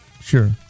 Sure